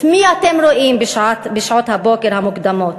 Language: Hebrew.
את מי אתם רואים בשעות הבוקר המוקדמות?